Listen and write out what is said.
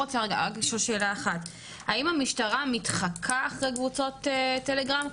האם המשטרה מתחקה אחרי קבוצות טלגרם,